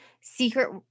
secret